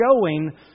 showing